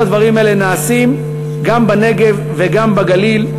כל הדברים האלה נעשים גם בנגב וגם בגליל.